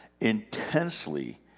intensely